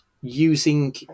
using